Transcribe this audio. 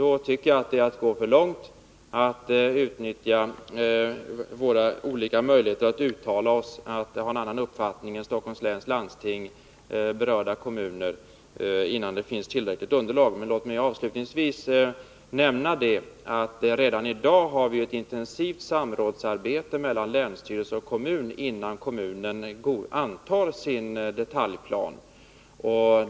Därför tycker jag det är att gå för långt att utnyttja våra möjligheter att uttala en annan uppfattning än Stockholms läns landsting och berörda kommuner har, innan det finns tillräckligt underlag. Låt mig avslutningsvis nämna att vi redan i dag har ett intensivt samarbete mellan länsstyrelse och kommun, innan kommunen antar sin detaljplan.